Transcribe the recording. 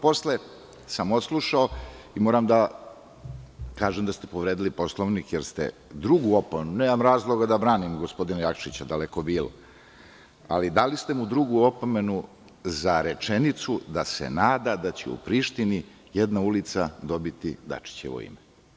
Posle sam odslušao i moram da kažem da ste povredili Poslovnik, jer ste drugu opomenu, a nemam razloga da branim gospodina Jakšića, daleko bilo, ali dali ste mu drugu opomenu za rečenicu da se nada da će u Prištini jedna ulica dobiti Dačićevo ime.